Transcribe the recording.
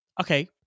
Okay